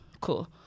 cool